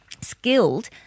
skilled